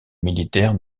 militaires